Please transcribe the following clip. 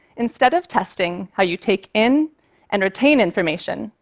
instead of testing how you take in and retain information,